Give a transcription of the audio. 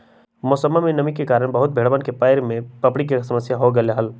मौसमा में नमी के कारण बहुत भेड़वन में पैर के पपड़ी के समस्या हो गईले हल